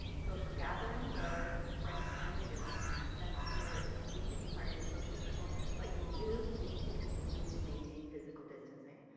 social gatherings are friends, family, they don't necessarily need to be part of your social circle. but you do need to continue to maintain physical distancing.